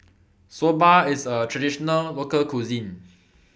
Soba IS A Traditional Local Cuisine